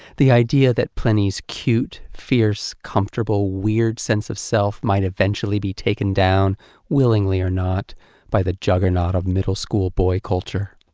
the idea that pliny's cute, fierce, comfortable, weird sense of self might eventually be taken down willingly or not by the juggernaut of middle school boy culture.